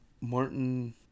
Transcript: Martin